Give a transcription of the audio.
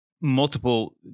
multiple